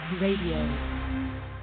RADIO